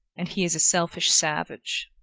and he is a selfish savage.